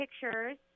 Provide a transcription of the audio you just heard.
pictures